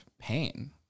pain